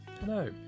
Hello